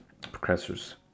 progressors